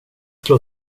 slå